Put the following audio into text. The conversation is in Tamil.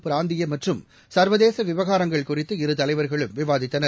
பிராந்திய மற்றும் சர்வதேச விவகாரங்கள் குறித்து இருதலைவர்களும் விவாதித்தனர்